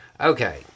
Okay